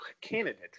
candidate